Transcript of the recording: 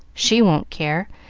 she won't care.